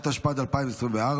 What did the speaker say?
התשפ"ד 2024,